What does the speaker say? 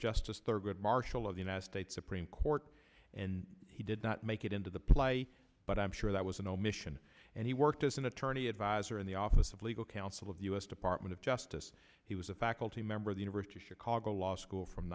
justice thurgood marshall of the united states supreme court and he did not make it into the play but i'm sure that was an omission and he worked as an attorney advisor in the office of legal counsel of the u s department of job he was a faculty member of university of chicago law school from